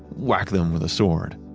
whack them with a sword.